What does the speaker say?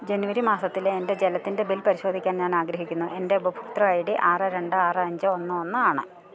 ജനുവരി മാസത്തിലെ എന്റെ ജലത്തിന്റെ ബിൽ പരിശോധിക്കാൻ ഞാൻ ആഗ്രഹിക്കുന്നു എന്റെ ഉപഭോക്തൃ ഐ ഡി ആറ് രണ്ട് ആറ് അഞ്ച് ഒന്ന് ഒന്ന് ആണ്